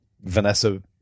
Vanessa